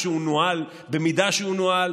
כשהוא נוהל ובמידה שהוא נוהל,